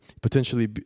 potentially